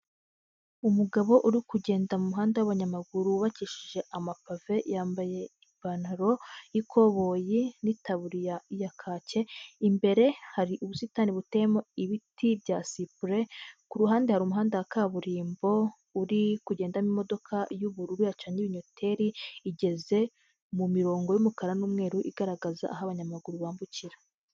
Umugabo uri kugenda mu muhanda w'abanyamaguru wubakishije amapave, yambaye ipantaro y'ikoboyi n'itaburiya ya kake; imbere hari ubusitani buteyemo ibiti bya sipure, ku ruhande hari umuhanda wa kaburimbo uri kugendamo imodoka y'ubururu yacanye ibinyoteri, igeze mu mirongo y'umukara n'umweru igaragaza aho abanyamaguru bambukira.